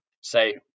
say